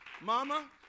Mama